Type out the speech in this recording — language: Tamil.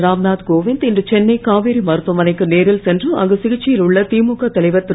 ராம்நாத் கோவிந்த் இன்று சென்னை காவேரி மருத்துவமனைக்கு நேரில் சென்று அங்கு சிகிச்சையில் உள்ள திமுக தலைவர் திரு